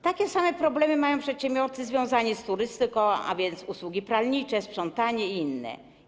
Takie same problemy mają przedsiębiorcy związani z turystyką, a więc usługi pralnicze, sprzątanie i inne.